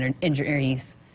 injuries